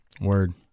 Word